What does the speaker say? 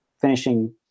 finishing